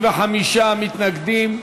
55 מתנגדים,